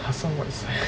hassan whiteside